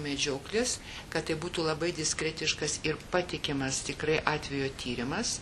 medžioklės kad tai būtų labai diskretiškas ir patikimas tikrai atvejo tyrimas